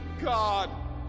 God